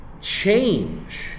Change